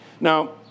Now